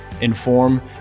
inform